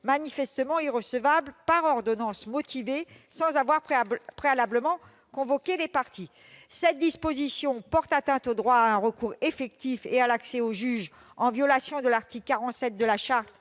manifestement irrecevables par ordonnance motivée sans avoir préalablement convoqué les parties. Cette disposition porte atteinte au droit à un recours effectif et à l'accès au juge, en violation de l'article 47 de la Charte